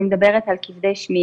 אני מדברת על כבדי שמיעה,